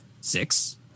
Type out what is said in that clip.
six